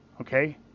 Okay